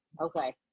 okay